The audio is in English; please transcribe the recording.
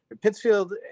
Pittsfield